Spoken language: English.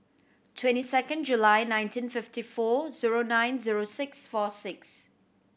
twenty second July nineteen fifty four zero nine zero six four six